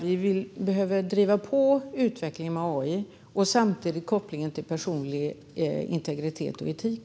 Vi behöver driva på utvecklingen med AI, men samtidigt finns kopplingen till personlig integritet och etik.